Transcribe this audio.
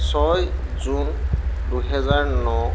ছয় জুন দুহেজাৰ ন